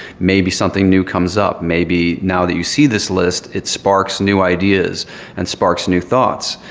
maybe something new comes up. maybe now that you see this list, it sparks new ideas and sparks new thoughts,